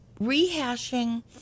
rehashing